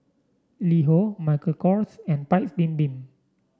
LiHo Michael Kors and Paik's Bibim